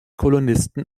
kolonisten